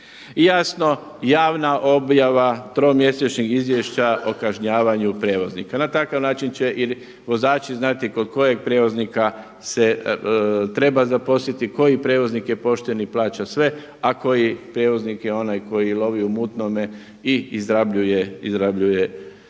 jasno javna objava tromjesečnih izvješća o kažnjavanju prijevoznika. Na takav način će i vozači znati kod kojeg prijevoznika se treba zaposliti, koji prijevoznik je pošten i plaća sve, a koji je prijevoznik onaj koji lovi u mutnome i izrabljuje